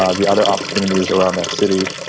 um the other opportunities around that city,